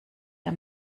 der